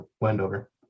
Wendover